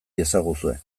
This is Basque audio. iezaguzue